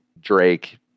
Drake